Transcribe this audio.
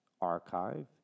archive